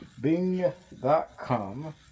Bing.com